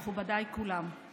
מכובדיי כולם,